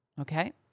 Okay